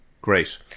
great